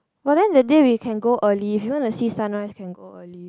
but then that day we can go early if you want to see sunrise you can go early